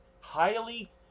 highly